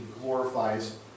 glorifies